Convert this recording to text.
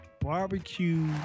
Barbecue